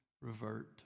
revert